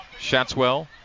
Shatswell